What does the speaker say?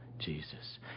Jesus